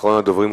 אחרונת הדוברים,